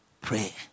Pray